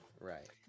Right